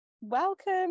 Welcome